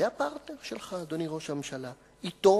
זה הפרטנר שלך, אדוני ראש הממשלה, אתו